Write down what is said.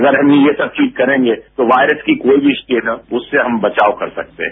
अगर हम ये सब चींज करेंगे तो वायरस की कोई भी स्टेट हो उससे हम बचाव कर सकते है